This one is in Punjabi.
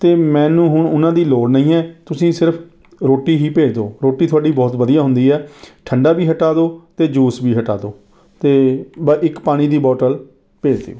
ਅਤੇ ਮੈਨੂੰ ਹੁਣ ਉਨ੍ਹਾਂ ਦੀ ਲੋੜ ਨਹੀਂ ਹੈ ਤੁਸੀਂ ਸਿਰਫ ਰੋਟੀ ਹੀ ਭੇਜ ਦਿਉ ਰੋਟੀ ਤੁਹਾਡੀ ਬਹੁਤ ਵਧੀਆ ਹੁੰਦੀ ਹੈ ਠੰਢਾ ਵੀ ਹਟਾ ਦਿਉ ਅਤੇ ਜੂਸ ਵੀ ਹਟਾ ਦਿਉ ਅਤੇ ਬ ਇੱਕ ਪਾਣੀ ਦੀ ਬੋਟਲ ਭੇਜ ਦਿਉ